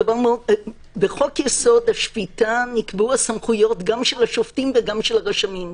בחוק יסוד: השפיטה נקבעו הסמכויות גם של השופטים וגם של הרשמים.